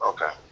Okay